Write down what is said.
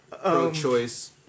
pro-choice